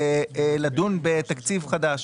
לדון בתקציב חדש.